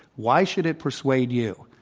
why should it persuade you?